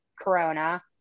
Corona